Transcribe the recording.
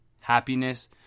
Happiness